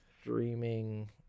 streaming